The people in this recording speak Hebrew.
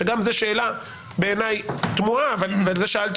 שגם זה שאלה בעיניי תמוהה ועל זה שאלתי